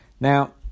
Now